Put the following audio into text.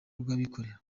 rw’abikorera